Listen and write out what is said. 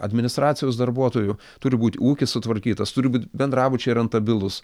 administracijos darbuotojų turi būt ūkis sutvarkytas turi būt bendrabučiai rentabilūs